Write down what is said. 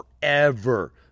forever